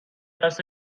قصد